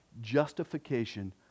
justification